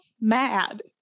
mad